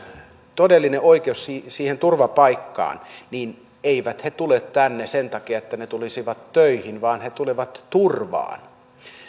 todellinen oikeus siihen siihen turvapaikkaan eivät he tule tänne sen takia että he tulisivat töihin vaan he tulevat turvaan